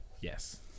Yes